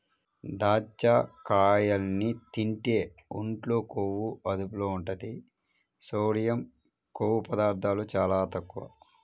దాచ్చకాయల్ని తింటే ఒంట్లో కొవ్వు అదుపులో ఉంటది, సోడియం, కొవ్వు పదార్ధాలు చాలా తక్కువ